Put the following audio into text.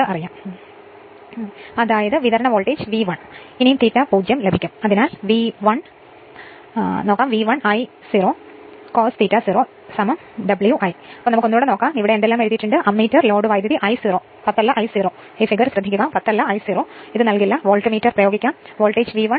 അതിനാൽ ഇവിടെ എല്ലാം എഴുതിയിരിക്കുന്നു അമ്മീറ്റർ ലോഡ് കറന്റ് I0 നൽകില്ല വോൾട്ട്മീറ്റർ പ്രയോഗിക്കും വോൾട്ടേജ് V1 ആണ്